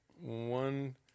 one